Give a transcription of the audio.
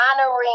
honoring